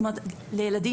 לילדים,